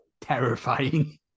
terrifying